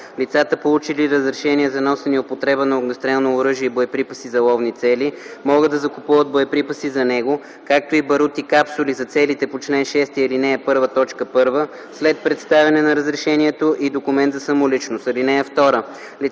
Лицата, получили разрешение за носене и употреба на огнестрелно оръжие и боеприпаси за ловни цели, могат да закупуват боеприпаси за него, както и барут и капсули за целите по чл. 6, ал. 5, т. 1 срещу представяне на разрешението и документ за самоличност.